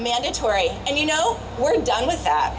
mandatory and you know we're done with that